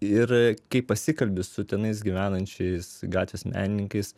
ir kai pasikalbi su tenais gyvenančiais gatvės menininkais